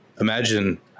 imagine